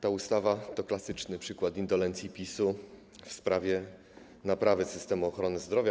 Ta ustawa to klasyczny przykład indolencji PiS-u w sprawie naprawy systemu ochrony zdrowia.